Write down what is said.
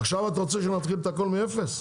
עכשיו אתה רוצה שנתחיל הכל מאפס?